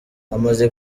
amaze